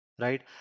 right